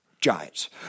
Giants